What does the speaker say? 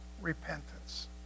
repentance